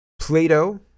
plato